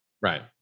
Right